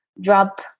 drop